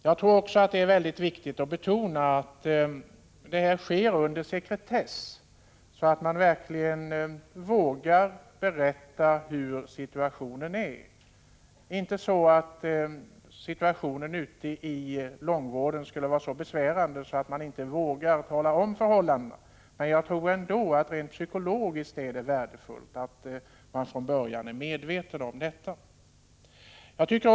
Jag tror också det är mycket viktigt att betona att undersökningen sker under sekretess, så att man verkligen vågar berätta hurdan situationen är. Det förhåller sig inte på det sättet att situationen inom långvården skulle vara så besvärande att man inte vågar redovisa förhållandena, men jag tror ändå att det rent psykologiskt är värdefullt att alla från början är medvetna om att det hela äger rum under sekretess.